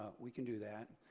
we can do that,